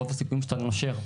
רוב הסיכויים שאתה נושר,